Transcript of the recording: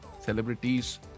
celebrities